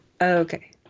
Okay